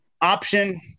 option